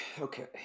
Okay